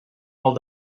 molt